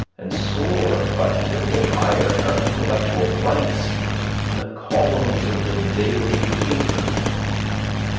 and soar but little higher in our intellectual flights than the columns of the daily paper.